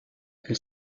elle